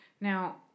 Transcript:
Now